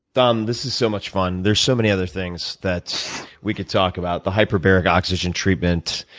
dom, this is so much fun. there are so many other things that we could talk about, the hyperbaric oxygen treatment,